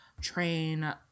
train